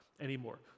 anymore